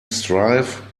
strive